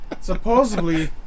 Supposedly